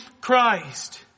Christ